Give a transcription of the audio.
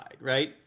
right